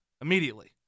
immediately